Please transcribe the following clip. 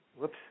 Whoops